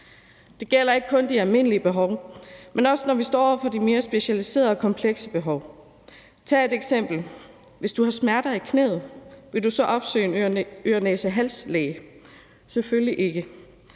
Det gælder ikke kun de almindelige behov, men også når vi står over for de mere specialiserede og komplekse behov. Lad os tage et eksempel: Hvis du har smerter i knæet, vil du så opsøge en øre-næse-hals-læge? Selvfølgelig ikke.